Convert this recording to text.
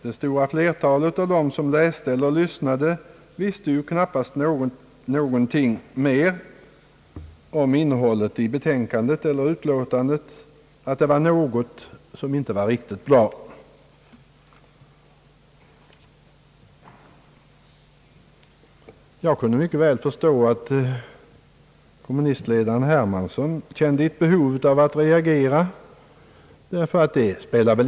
Det stora flertalet av dem som tog del av referaten visste knappast mer om innehållet i utlåtandet än att det var någonting som inte var riktigt bra. Jag kan mycket väl förstå att kommunistledaren Hermansson kände ett behov av att reagera.